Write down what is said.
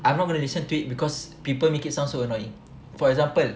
I'm not gonna listen to it because people make it sound so annoying for example